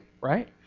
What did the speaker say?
right